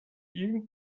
you